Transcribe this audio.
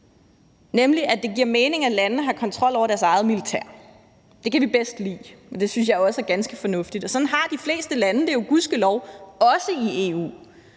nemlig at det giver mening, at landene har kontrol over deres eget militær. Det kan vi bedst lide, og det synes jeg også er ganske fornuftigt. Og sådan har de fleste lande det jo gudskelov også i EU.